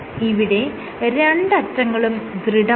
ഇവിടെ രണ്ടറ്റങ്ങളും ദൃഢമാണ്